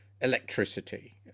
electricity